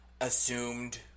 assumed